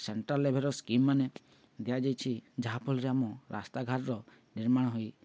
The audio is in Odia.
ସେଣ୍ଟ୍ରାଲ୍ ଲେଭେଲ୍ ସ୍କିମ୍ ମାନେ ଦିଆଯାଇଛି ଯାହାଫଳରେ ଆମ ରାସ୍ତାଘାଟର ନିର୍ମାଣ ହୋଇ